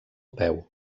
peu